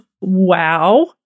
Wow